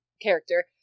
character